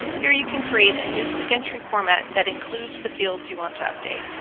here you can create a new quick entry format that includes the fields you want to update.